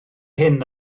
hyn